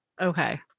Okay